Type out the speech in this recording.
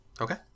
okay